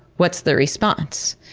what's the response?